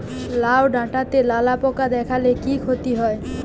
লাউ ডাটাতে লালা পোকা দেখালে কি ক্ষতি হয়?